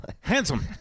Handsome